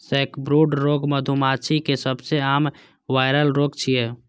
sacbrood रोग मधुमाछीक सबसं आम वायरल रोग छियै